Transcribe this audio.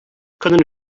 können